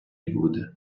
буде